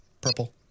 purple